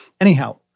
Anyhow